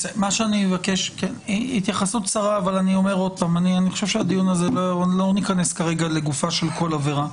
אני אומר שוב שאני חושב שבדיון הזה לא ניכנס כרגע לגופה של כל עבירה.